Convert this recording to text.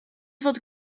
fod